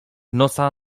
nosa